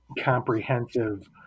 comprehensive